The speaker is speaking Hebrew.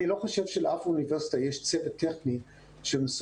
אני לא חושב שלאף אוניברסיטה יש צוות טכני שמסוגל